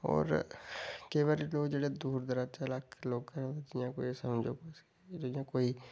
होर केईं बारी ओह् जेह्ड़े दूर दराजे दे लाह्के दे लोक जियां कोई जियां कोई